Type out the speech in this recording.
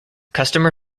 customer